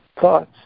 thoughts